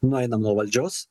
nueinam nuo valdžios